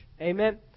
Amen